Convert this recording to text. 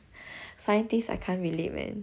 scientist I can't relate man